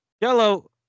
Yellow